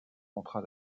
contrats